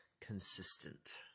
consistent